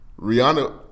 Rihanna